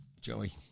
Joey